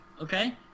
okay